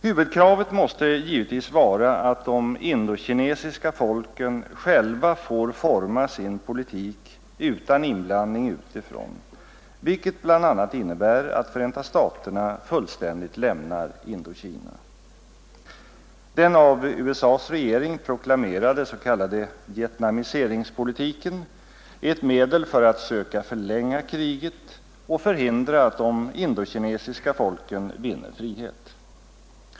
Huvudkravet måste givetvis vara att de indokinesiska folken själva får forma sin politik utan inblandning utifrån, vilket bl.a. innebär att Förenta staterna fullständigt lämnar Indokina. Den av USA:s regering proklamerade vietnamiseringspolitiken är ett medel för att söka förlänga kriget och förhindra att de indokinesiska folken vinner frihet.